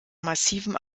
massiven